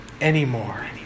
anymore